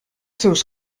seus